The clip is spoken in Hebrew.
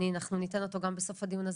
ואנחנו ניתן אותו גם בסופו הדיון הזה,